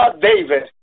David